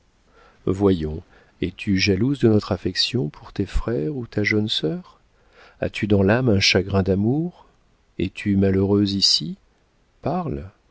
voyons es-tu jalouse de notre affection pour tes frères ou ta jeune sœur as-tu dans l'âme un chagrin d'amour es-tu malheureuse ici parle